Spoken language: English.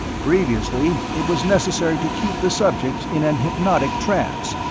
previously, it was necessary to keep the subject in an hypnotic trance,